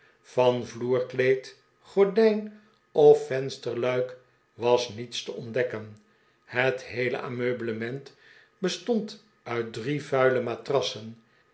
van vloerkleed gordijn of vensterluik was niets te ontdekken het heele ameublement bestond uit drie vuile matrassen